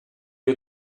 you